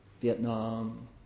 Vietnam